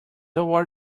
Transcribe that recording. award